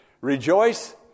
Rejoice